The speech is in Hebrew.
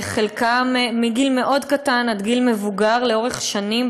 חלקן מגיל מאוד קטן עד גיל מבוגר, לאורך שנים,